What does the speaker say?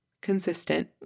consistent